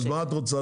אז מה את רוצה?